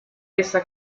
esa